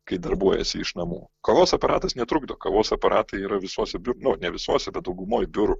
kai darbuojiesi iš namų kavos aparatas netrukdo kavos aparatai yra visuose nu ne visuose bet daugumoj biurų